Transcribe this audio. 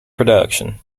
production